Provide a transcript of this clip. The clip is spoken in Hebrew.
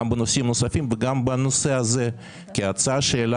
גם בנושאים נוספים וגם בנושא הזה כי ההצעה שהעלה